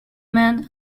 man